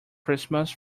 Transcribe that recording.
christmas